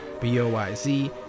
B-O-Y-Z